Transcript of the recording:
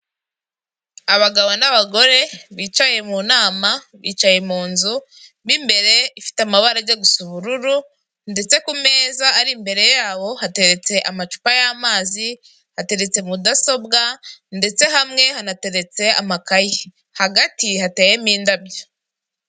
Abagabo n'abagore bicaye mu nama, bicaye mu nzu mo imbere ifite amabara ajya gusa ubururu ndetse ku meza ari imbere yabo hateretse amacupa y'amazi, hateretse mudasobwa ndetse hamwe hanateretse amakayi, hagati hateyemo indabyo.